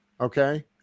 okay